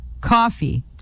coffee